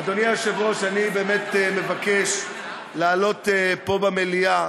אדוני היושב-ראש, אני מבקש לעלות פה במליאה